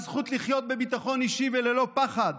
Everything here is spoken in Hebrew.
הזכות לחיות בביטחון אישי וללא פחד,